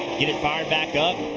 get it fired back up.